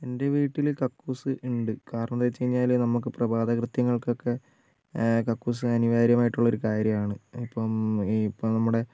എൻ്റെ വീട്ടിൽ കക്കൂസ് ഉണ്ട് കാരണം എന്താവെച്ചുകഴിഞ്ഞാൽ നമുക്ക് പ്രഭാത കൃത്യങ്ങൾക്കൊക്കെ കക്കൂസ് അനിവാര്യമായിട്ടുള്ള ഒരു കാര്യമാണ് ഇപ്പം ഇപ്പം നമ്മുടെ